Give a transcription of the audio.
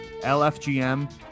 LFGM